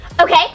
Okay